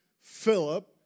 Philip